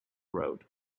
road